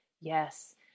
yes